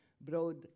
broad